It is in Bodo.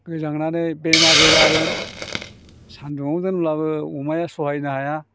गोजांनानै बेमारबो जागोन सानदुंआव दोनब्लाबो अमाया सहायनो हाया